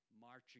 marching